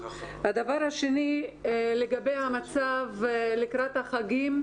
בי"ת לגבי המצב לקראת החגים.